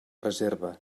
reserva